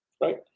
Right